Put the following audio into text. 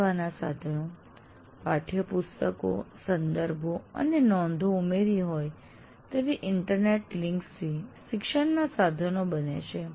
શીખવાના સાધનો પાઠ્યપુસ્તકો સંદર્ભો અને નોંધો ઉમેરી હોય તેવી ઈન્ટરનેટ લિંક્સથી શિક્ષણના સાધનો બનાવે છે